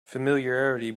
familiarity